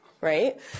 right